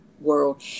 world